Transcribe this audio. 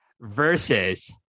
versus